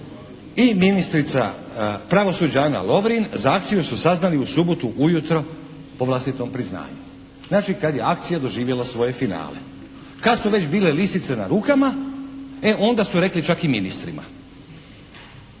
i ministrica pravosuđa Ana Lovrin za akciju su saznali u subotu ujutro po vlastitom priznanju, znači kad je akcija doživjela svoje finale, kad su već bile lisice na rukama e onda su rekli čak i ministrima.